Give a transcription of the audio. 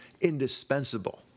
indispensable